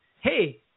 Hey